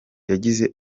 yagize